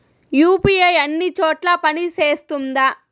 UPI అన్ని చోట్ల పని సేస్తుందా?